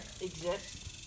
exist